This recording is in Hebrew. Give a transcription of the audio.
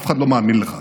אף אחד לא מאמין לך,